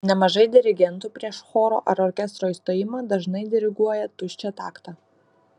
nemažai dirigentų prieš choro ar orkestro įstojimą dažnai diriguoja tuščią taktą